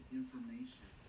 information